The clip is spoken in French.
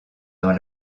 dans